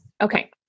Okay